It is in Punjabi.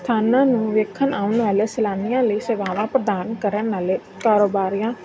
ਸਥਾਨਾਂ ਨੂੰ ਵੇਖਣ ਆਉਣ ਵਾਲੇ ਸੈਲਾਨੀਆਂ ਲਈ ਸੇਵਾਵਾਂ ਪ੍ਰਦਾਨ ਕਰਨ ਵਾਲੇ ਕਾਰੋਬਾਰੀਆਂ